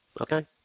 Okay